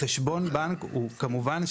חשבון בנק הוא כמובן,